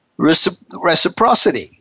Reciprocity